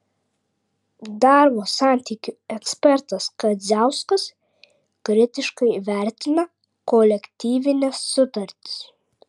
darbo santykių ekspertas kadziauskas kritiškai vertina kolektyvines sutartis